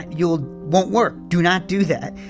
you'll won't work. do not do that.